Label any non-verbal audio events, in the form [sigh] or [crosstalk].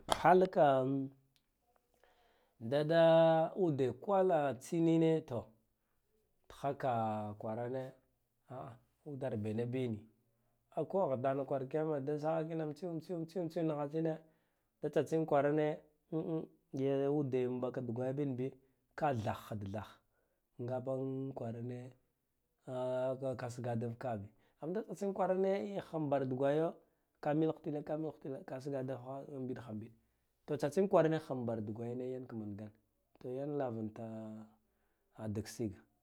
Halakam da da ude kwala tsini ne taha kwarane [hesitation] udar bena biya niya a ko ghidana kwara kiyam da sahakina amtsir antswi niha tsine da tsatsine kwar ane an am liya ude baka dugwa ya binbi ka thaha da thaha ngaban kwarane [hesitation] ka siggah da vakagha bi inda tsa tsin kwarane i han bar dugwaya ka mil mitile mil hutka ka sigagha da vakagha da biha bida to tsa tsin kwarane han bar dugwaya yan lavan ta [hesitation] digsiga